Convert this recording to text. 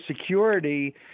security